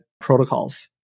protocols